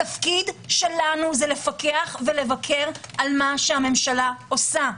התפקיד שלנו זה לפקח ולבקר על מה שהממשלה עושה.